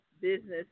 business